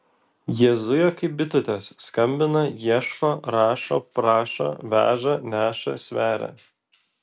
jie zuja kaip bitutės skambina ieško rašo prašo veža neša sveria